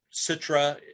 Citra